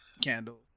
candle